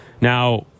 Now